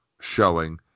showing